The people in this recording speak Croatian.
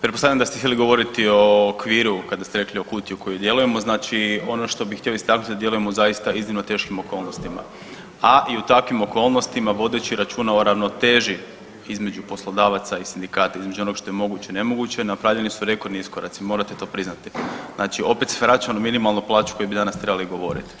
Pretpostavljam da ste htjeli govoriti o okviru kada ste rekli o kutiji u kojoj djelujemo, znači ono što bih htio istaknuti da djelujemo zaista u iznimno teškim okolnostima, a i u takvim okolnostima vodeći računa o ravnoteži između poslodavaca i sindikata, između onog što je moguće i nemoguće napravljeni su rekordni iskoraci, morate to priznati, znači opet se vraćamo na minimalnu plaću o kojoj bi danas trebali govorit.